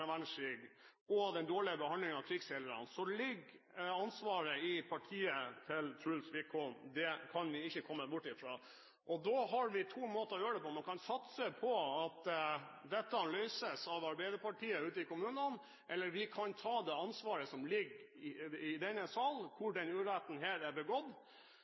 verdenskrig og den dårlige behandlingen av krigsseilerne, så ligger ansvaret i partiet til Truls Wickholm. Det kan vi ikke komme bort fra. Da har vi to måter å gjøre det på: Man kan satse på at dette løses av Arbeiderpartiet ute i kommunene, eller vi kan ta det ansvaret som ligger i denne salen, hvor denne uretten er begått,